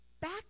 back